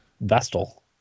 Vestal